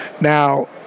Now